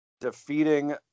defeating